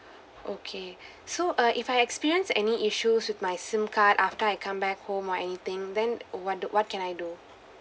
okay so uh if I experience any issues with my SIM card after I come back home or anything then what do what can I do